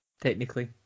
technically